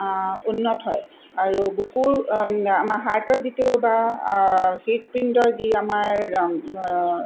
উন্নত হয় আৰু বুকুৰ আমাৰ হাৰ্টৰ যিটো বা হৃদপিণ্ডৰ যি আমাৰ